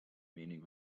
meaning